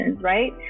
right